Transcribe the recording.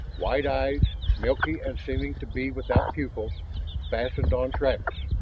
wide eyes milky and seeming to be without pupils fastened on travis,